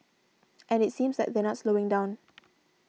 and it seems like they're not slowing down